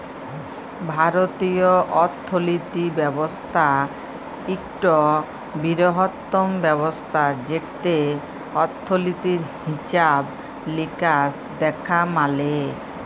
ভারতীয় অথ্থলিতি ব্যবস্থা ইকট বিরহত্তম ব্যবস্থা যেটতে অথ্থলিতির হিছাব লিকাস দ্যাখা ম্যালে